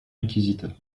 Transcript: inquisiteur